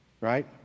right